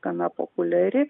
gana populiari